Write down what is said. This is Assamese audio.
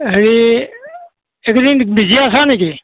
হেৰি এইকেইদিন বিজি আছা নেকি